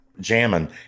jamming